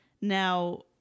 now